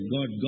God